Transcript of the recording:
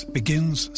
begins